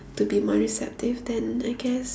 to be more receptive then I guess